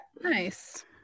Nice